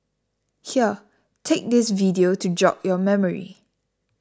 here take this video to jog your memory